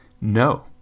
no